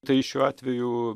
tai šiuo atveju